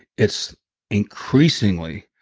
it's increasingly,